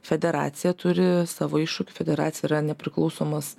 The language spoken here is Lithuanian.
federacija turi savo iššūkių federacija yra nepriklausomas